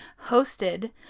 hosted